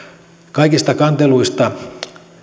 kaikista kanteluista